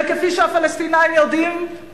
וכפי שהפלסטינים יודעים,